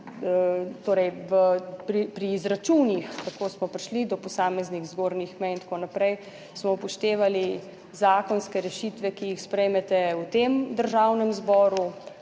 pri izračunih, kako smo prišli do posameznih zgornjih mej in tako naprej, smo upoštevali zakonske rešitve, ki jih sprejmete v tem Državnem zboru,